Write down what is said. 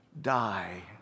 Die